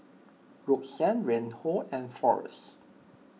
Roxann Reinhold and forrest